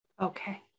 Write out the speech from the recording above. okay